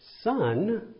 son